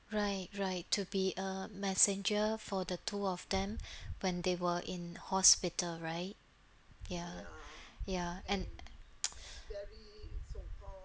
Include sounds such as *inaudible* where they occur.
right right to be a messenger for the two of them when they were in hospital right ya ya and *noise*